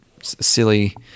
silly